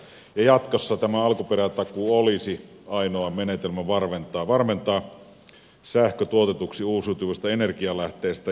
jatkossa tämä alkuperätakuu olisi ainoa menetelmä varmentaa sähkö tuotetuksi uusiutuvista energialähteistä